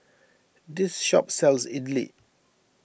this shop sells Idili